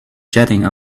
jetting